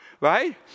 right